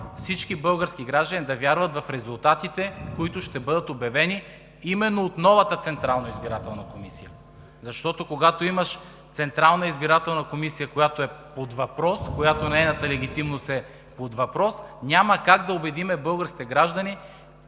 всички български граждани да вярват в резултатите, избрани именно от новата Централна избирателна комисия. Защото, когато имаш Централна избирателна комисия, която е под въпрос, когато нейната легитимност е под въпрос, няма как да убедим българските граждани